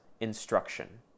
instruction